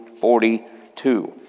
42